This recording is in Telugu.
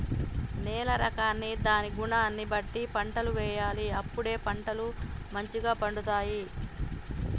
నేల రకాన్ని దాని గుణాన్ని బట్టి పంటలు వేయాలి అప్పుడే పంటలు మంచిగ పండుతాయి